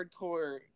hardcore